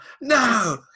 No